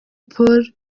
paul